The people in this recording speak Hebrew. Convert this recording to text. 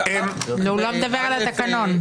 הוא לא מדבר על התקנון.